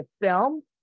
film